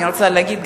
אני רוצה להגיד,